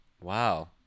Wow